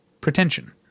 pretension